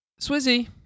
Swizzy